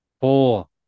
Four